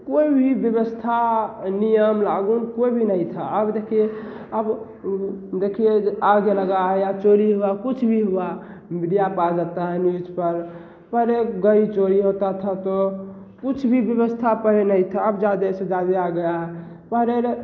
कोई भी व्यवस्था नियम लागू कोई भी नहीं था अब देखिए अब देखिए यह आग लगा है या चोरी हुआ है कुछ भी हुआ मीडिया पर आ जाता है न्यूज़ पर पर कहीं चोरी होता था तो कुछ भी व्यवस्था पहले नहीं था अब ज़्यादा से ज़्यादा आ गया है पहले